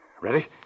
Ready